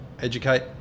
educate